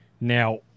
Now